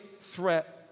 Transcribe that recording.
threat